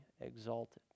exalted